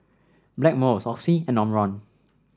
Blackmores Oxy and Omron